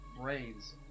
brains